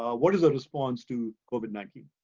ah what is our response to covid nineteen?